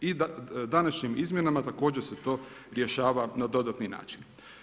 I današnjim izmjenama također se to rješava na dodatni način.